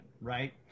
right